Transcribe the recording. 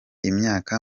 imyaka